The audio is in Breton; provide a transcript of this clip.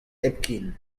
hepken